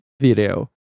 video